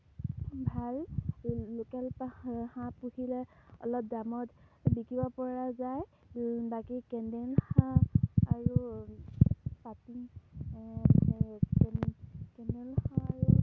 ভাল লোকেল হাঁহ পুহিলে অলপ দামত বিকিব পৰা যায় বাকী কেন্দেল হাঁহ আৰু পাতি কেন্দেল হাঁহ আৰু